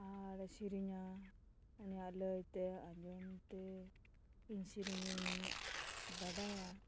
ᱟᱨᱮ ᱥᱮᱨᱮᱧᱟ ᱩᱱᱤᱭᱟᱜ ᱞᱟᱹᱭᱛᱮ ᱟᱸᱡᱚᱢᱛᱮ ᱤᱧ ᱥᱮᱨᱮᱧᱤᱧ ᱵᱟᱰᱟᱭᱟ